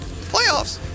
Playoffs